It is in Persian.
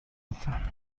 لطفا